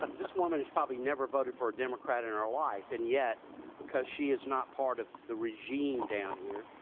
like this woman is probably never voted for a democrat in her life and yet because she is not part of the regime down here,